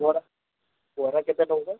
ବରା ବରା କେତେ ଟଙ୍କା